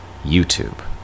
YouTube